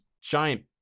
giant